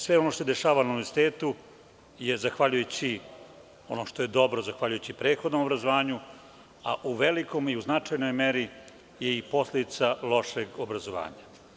Sve ono što se dešava na univerzitetu je zahvaljujući onom što je dobro, zahvaljujući prethodnom obrazovanju, a u velikoj i značajnoj meri je i posledica lošeg obrazovanja.